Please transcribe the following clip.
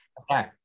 Okay